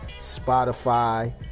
Spotify